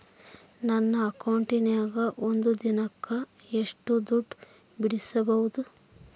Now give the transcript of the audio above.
ನನ್ನ ಅಕೌಂಟಿನ್ಯಾಗ ಒಂದು ದಿನಕ್ಕ ಎಷ್ಟು ದುಡ್ಡು ಬಿಡಿಸಬಹುದು?